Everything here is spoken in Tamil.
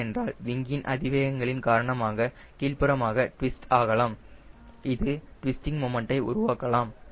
ஏனென்றால் விங்கின் அதிவேகங்களின் காரணமாக கீழ்ப்புறமாக டிவிஸ்ட் ஆகலாம் இது டிவிஸ்டிங் மொமண்டை உருவாக்கலாம்